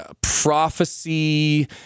prophecy